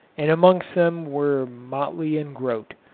and amongst them were motley and grote.